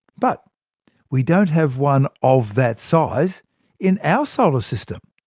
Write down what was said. but we don't have one of that size in our solar system.